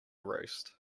roost